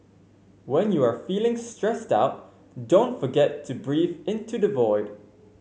when you are feeling stressed out don't forget to breathe into the void